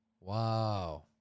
Wow